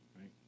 right